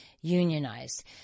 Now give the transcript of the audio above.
unionized